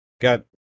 got